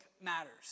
matters